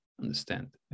understand